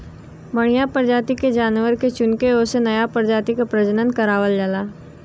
बढ़िया परजाति के जानवर के चुनके ओसे नया परजाति क प्रजनन करवावल जाला